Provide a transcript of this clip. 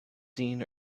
seen